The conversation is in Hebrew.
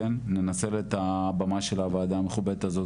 ננצל את הבמה של הוועדה המכובדת הזאת